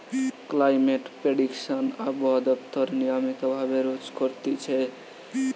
climate prediction আবহাওয়া দপ্তর নিয়মিত ভাবে রোজ করতিছে